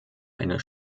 einer